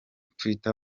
twitter